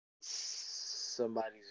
Somebody's